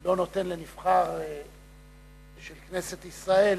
לא נותן לנבחר של כנסת ישראל,